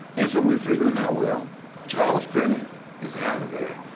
and so we're figuring now, well charles penny is out of there.